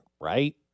right